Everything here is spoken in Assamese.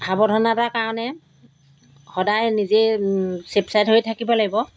সাৱধানতাৰ কাৰণে সদায় নিজেই চেফ ছাইড হৈ থাকিব লাগিব